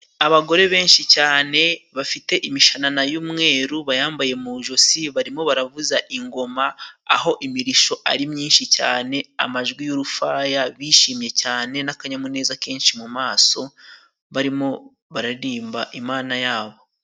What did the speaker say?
Abagore benshi cyane bafite imishanana y'umweru bayambaye mu ijosi barimo baravuza ingoma aho imirisho ari myinshi cyane, amajwi y'urufaya bishimye cyane n'akanyamuneza kenshi mu maso barimo bararirimba imana yabo.